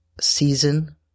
season